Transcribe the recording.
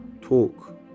talk